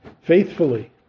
faithfully